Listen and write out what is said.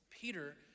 Peter